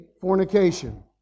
fornication